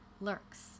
lurks